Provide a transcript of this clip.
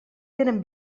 tenen